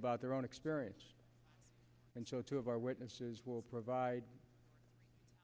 about their own experience and so two of our witnesses will provide